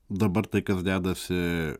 dabar tai kas dedasi